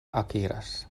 akiras